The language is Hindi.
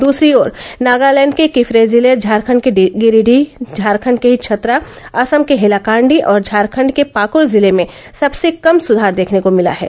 दूसरी ओर नागालैंड के किफिरे जिले झारखंड के गिरीडीह झारखंड के ही छतरा असम के हेलाकांडी और झारखंड के पाकुर जिले में सबसे कम सुधार देखने को मिला है